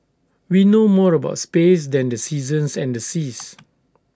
we know more about space than the seasons and the seas